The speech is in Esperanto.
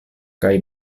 kaj